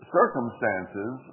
circumstances